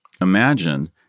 imagine